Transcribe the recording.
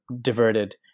diverted